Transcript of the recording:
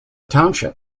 township